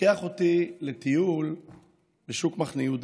לוקח אותי לטיול בשוק מחנה יהודה.